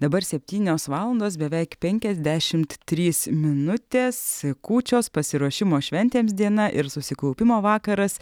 dabar septynios valandos beveik penkiasdešimt trys minutės kūčios pasiruošimo šventėms diena ir susikaupimo vakaras